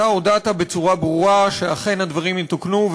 אתה הודעת בצורה ברורה שאכן הדברים יתוקנו,